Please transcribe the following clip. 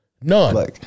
None